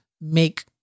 make